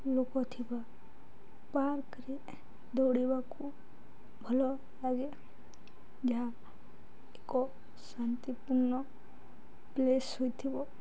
ଲୋକ ଥିବା ପାର୍କରେ ଦୌଡ଼ିବାକୁ ଭଲ ଲାଗେ ଯାହା ଏକ ଶାନ୍ତିପୂର୍ଣ୍ଣ ପ୍ଲେସ୍ ହୋଇଥିବ